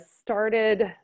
started